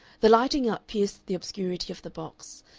the lighting-up pierced the obscurity of the box,